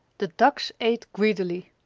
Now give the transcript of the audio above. the ducks ate greedily.